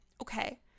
Okay